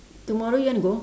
tomorrow you want to go